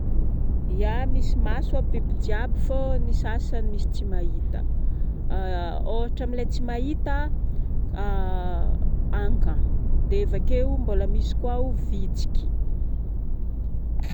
Ya misy maso aby biby jiaby fô ny sasany misy tsy mahita. Ôhatra amilai tsy mahita hankagna dia avakeo mbôla misy koa vitsiky